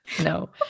no